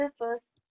first